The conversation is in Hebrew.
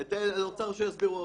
האוצר יסביר.